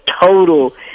total